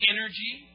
Energy